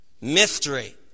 Mystery